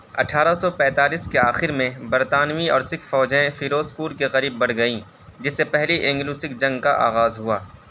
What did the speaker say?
اٹھارہ سو پیتالیس کے آخر میں برطانوی اور سکھ فوجیں فیروز پور کے قریب بڑھ گئیں جس سے پہلی اینگلو سکھ جنگ کا آغاز ہوا